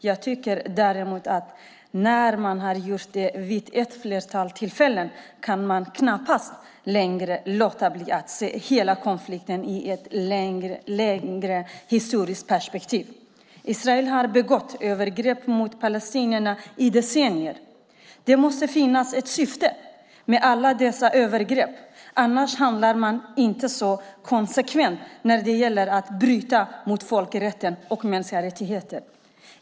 Jag tycker dock att när man har gjort det vid ett flertal tillfällen kan man knappast längre låta bli att se hela konflikten i ett större historiskt perspektiv. Israel har begått övergrepp mot palestinierna i decennier. Det måste finnas ett syfte med alla dessa övergrepp, för annars handlar man inte så konsekvent när det gäller att bryta mot folkrätten och mänskliga rättigheter.